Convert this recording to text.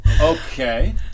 okay